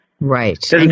Right